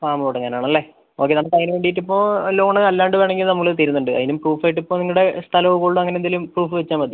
farm തുടങ്ങാൻ ആണല്ലെ okay നമുക്ക് അതിന് വേണ്ടിയിട്ട് ഇപ്പോൾ ലോണ് അല്ലാണ്ട് വേണമെങ്കിൽ നമ്മള് തരുന്നുണ്ട് അതിനും പ്രൂഫായിട്ടിപ്പോൾ നിങ്ങളുടെ സ്ഥലമോ ഗോൾഡോ അങ്ങനെ എന്തേലും പ്രൂഫ് വെച്ചാൽ മതി